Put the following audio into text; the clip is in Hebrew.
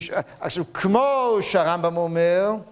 עכשיו, כמו שהרמב"ם אומר...